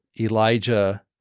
Elijah